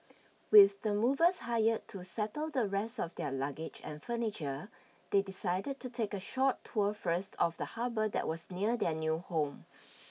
with the movers hired to settle the rest of their luggage and furniture they decided to take a short tour first of the harbor that was near their new home